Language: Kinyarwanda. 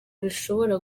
bishobora